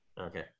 Okay